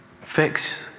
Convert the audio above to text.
Fix